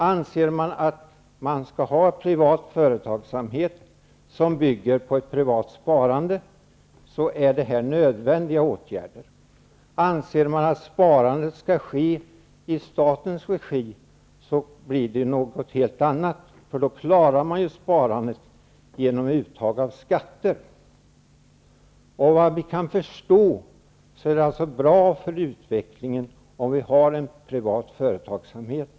Om man anser att vi skall ha privat företagsamhet, som bygger på ett privat sparande, är det här nödvändiga åtgärder. Om man anser att sparandet skall ske i statens regi, blir det något helt annat. Man klarar ju då sparandet genom uttag av skatter. Såvitt vi kan förstå är det bra för utvecklingen att ha en privat företagsamhet.